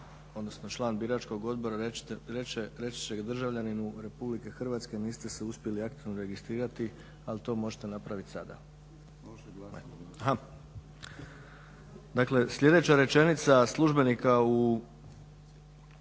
odnosno član biračkog odbora reći će državljaninu RH niste se uspjeli aktivno registrirati ali to možete napraviti sada. Dakle, sljedeća rečenica službenika u